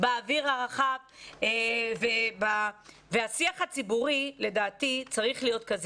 באוויר הפתוח והשיח הציבורי,